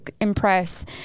impress